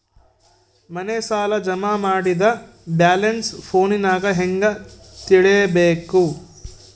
ಮನೆ ಸಾಲ ಜಮಾ ಮಾಡಿದ ಬ್ಯಾಲೆನ್ಸ್ ಫೋನಿನಾಗ ಹೆಂಗ ತಿಳೇಬೇಕು?